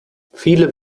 viele